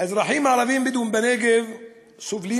האזרחים הערבים-הבדואים בנגב סובלים